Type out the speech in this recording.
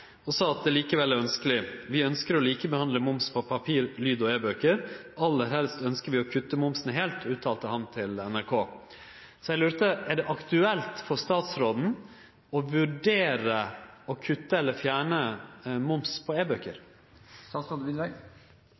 og sa at det likevel var ønskeleg. Han uttalte til nrk.no: «Vi ønsker å likebehandle moms på papir-, lyd- og e-bøker. Aller helst ønsker vi å kutte momsen helt.» Eg lurer på: Er det aktuelt for statsråden å vurdere å kutte eller fjerne moms på